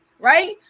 right